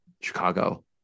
Chicago